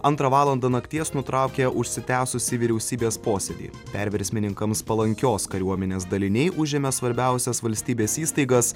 antrą valandą nakties nutraukė užsitęsusį vyriausybės posėdį perversmininkams palankios kariuomenės daliniai užėmė svarbiausias valstybės įstaigas